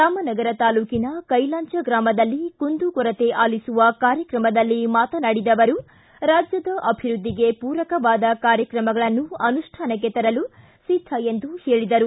ರಾಮನಗರ ತಾಲೂಕಿನ ಕೈಲಾಂಚ ಗ್ರಾಮದಲ್ಲಿ ಕುಂದು ಕೊರತೆ ಆಲಿಸುವ ಕಾರ್ಯಕ್ರಮದಲ್ಲಿ ಮಾತನಾಡಿದ ಅವರು ರಾಜ್ಯದ ಅಭಿವೃದ್ದಿಗೆ ಪೂರಕವಾದ ಕಾರ್ಯಕ್ರಮಗಳನ್ನು ಅನುಷ್ಟಾನಕ್ಕೆ ತರಲು ಸಿದ್ದ ಎಂದು ಹೇಳಿದರು